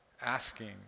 asking